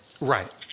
Right